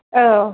औ